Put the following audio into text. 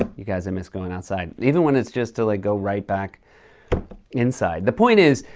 ah you guys, i miss going outside. and even when it's just to, like, go right back inside. the point is,